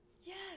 Yes